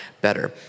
better